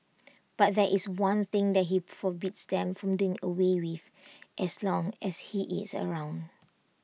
but there is one thing that he forbids them from doing away with as long as he is around